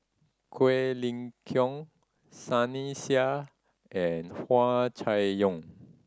Quek Ling Kiong Sunny Sia and Hua Chai Yong